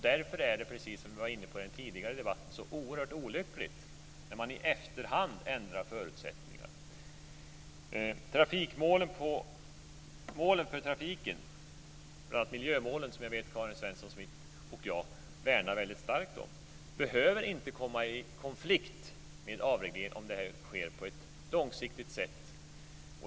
Därför är det, precis som vi var inne på i den tidigare debatten, så oerhört olyckligt när man i efterhand ändrar förutsättningar. Målen för trafiken, bl.a. miljömålen som jag vet att Karin Svensson Smith och jag värnar väldigt starkt om, behöver inte komma i konflikt med avregleringen om den sker på ett långsiktigt sätt.